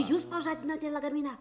jūs pažadinote lagaminą